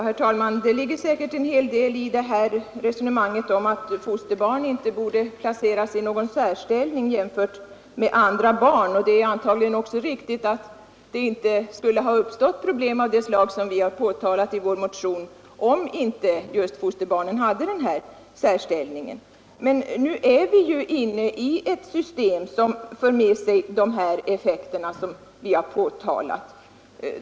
Herr talman! Det ligger säkert en hel del i resonemanget om att fosterbarn inte borde placeras i någon särställning jämfört med andra barn, och det är antagligen också riktigt att det inte skulle ha uppstått problem av det slag som vi har påtalat i vår motion om inte just fosterbarnen hade den här särställningen. Men nu är vi ju inne i ett system som för med sig de effekter som vi har påtalat.